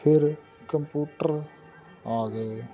ਫਿਰ ਕੰਪੂਟਰ ਆ ਗਏ